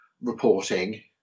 reporting